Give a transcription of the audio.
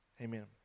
Amen